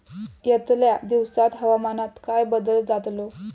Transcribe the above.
यतल्या दिवसात हवामानात काय बदल जातलो?